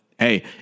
Hey